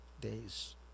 days